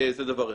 זה דבר אחד,